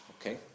Okay